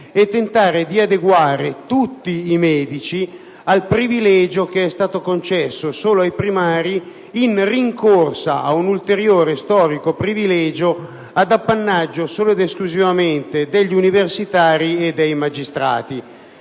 adeguare la condizione di tutti i medici al privilegio che è stato concesso solo ai primari, in rincorsa a un ulteriore storico privilegio, appannaggio solo ed esclusivamente degli universitari e dei magistrati.